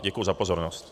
Děkuji za pozornost.